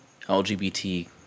LGBT